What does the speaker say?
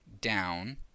down